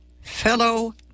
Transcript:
fellow